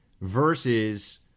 versus